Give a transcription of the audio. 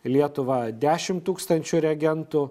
lietuvą dešimt tūkstančių reagentų